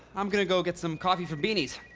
i'm gonna go get some coffee from beanie's.